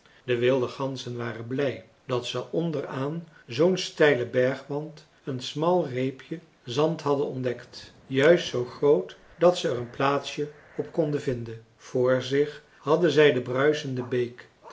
de wilde ganzen waren blij dat ze onder aan zoo'n steilen bergwand een smal reepje zand hadden ontdekt juist zoo groot dat ze er een plaatsje op konden vinden vr zich hadden zij de bruisende beek